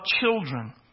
children